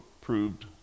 proved